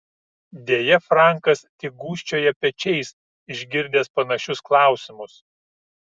deja frankas tik gūžčioja pečiais išgirdęs panašius klausimus